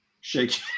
shake